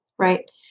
right